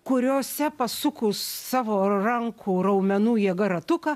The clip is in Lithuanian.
kuriose pasukus savo rankų raumenų jėga ratuką